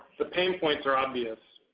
the pain points are obvious.